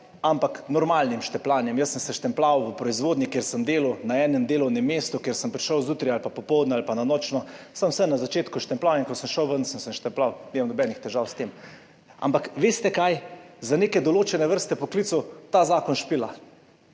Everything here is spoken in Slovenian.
ampak normalnim štempljanjem. Jaz sem se štempljal v proizvodnji, kjer sem delal na enem delovnem mestu, kjer sem prišel zjutraj ali pa popoldne ali pa na nočno, sem se na začetku štempljanja in ko sem šel ven, sem se štempljal. Nimam nobenih težav s tem. Ampak veste kaj, za neke določene vrste poklicev ta zakon špila.